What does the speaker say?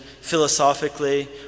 philosophically